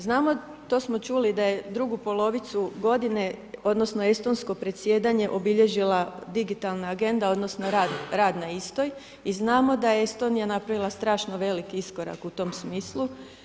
Znamo to smo čuli da je drugu polovicu godine, odnosno estonsko predsjedanje obilježila Digitalna agenda, odnosno rad na istoj i znamo da je Estonija napravila strašno veliki iskorak u tom smislu.